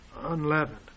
unleavened